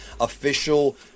official